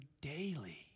daily